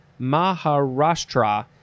Maharashtra